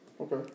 Okay